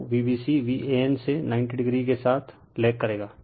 तो Vbc Van से 90o के साथ लेग करेगा